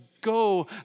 go